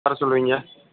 வர சொல்லுவீங்க